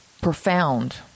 profound